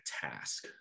task